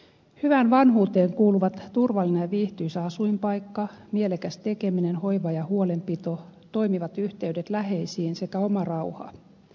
hyvään vanhuuteen kuuluvat turvallinen ja viihtyisä asuinpaikka mielekäs tekeminen hoiva ja huolenpito toimivat yhteydet läheisiin sekä oma rauha